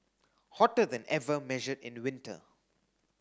hotter than ever measured in winter